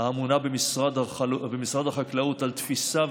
הממונה במשרד החקלאות על תפיסה,